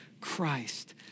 Christ